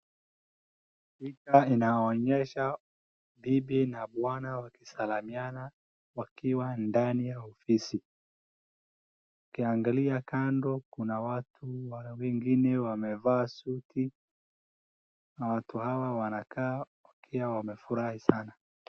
Picha inaonyesha bibi na bwana wakisalamiana wakiwa ndani ya ofisi. Ukiangalia kando kuna watu wengine wamevaa suti na watu hawa wanakaa pia wamefurahi sana.